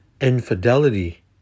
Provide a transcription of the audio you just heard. infidelity